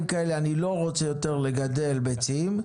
כאלה הוא לא רוצה יותר לגדל ביצים,